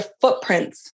footprints